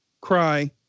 cry